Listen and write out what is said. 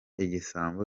igisambo